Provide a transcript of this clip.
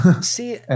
See